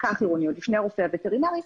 עוד לפני הרופא הווטרינרי,